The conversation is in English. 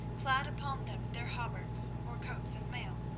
clad upon them their hauberks, or coats of mail,